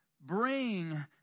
Bring